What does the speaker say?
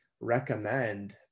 recommend